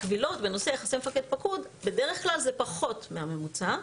קבילות בנושאי יחסי מפקד-פקוד בדרך כלל זה פחות מהממוצע,